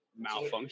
malfunction